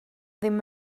ddim